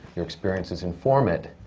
your experiences inform it,